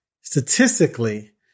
statistically